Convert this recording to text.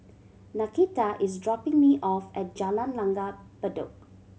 Nakita is dropping me off at Jalan Langgar Bedok